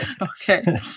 Okay